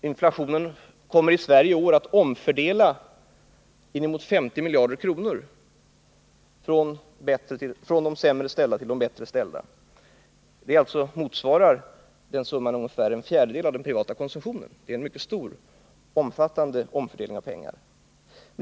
Inflationen i Sverige i år kommer att omfördela inemot 50 miljarder kronor från de sämre ställda till de bättre ställda. Den summan motsvarar ungefär en fjärdedel av den privata konsumtionen, alltså en mycket stor omfördelning av pengar.